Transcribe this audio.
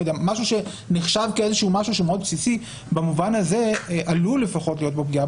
משהו שנחשב כמשהו מאוד בסיסי במובן הזה עלולה להיות פגיעה